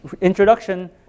introduction